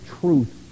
truth